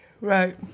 Right